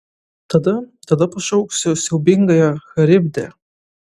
tada tada pašauksiu siaubingąją charibdę